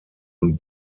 und